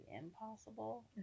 impossible